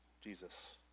Jesus